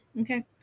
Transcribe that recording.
Okay